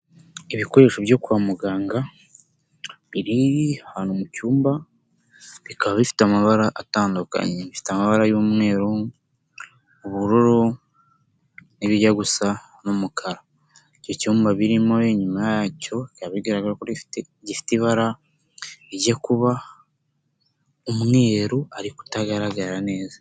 Ibikoresho byo kwa muganga biri ahantu mu cyumba bikaba bifite amabara atandukanye, bifite amabara y'umweru, ubururu n'ibijya gusa n'umukara, icyo cyumba birimo inyuma yacyo bikaba bigaragara ko gifite ibara rijya kuba umweru ariko utagaragara neza.